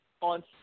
on